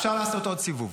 אפשר לעשות עוד סיבוב.